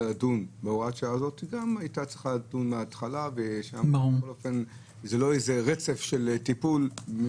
לדון מהתחלה כי אין פה רצף של טיפול על